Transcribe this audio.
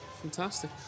Fantastic